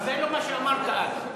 זה לא מה שאמרת אז.